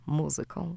muzyką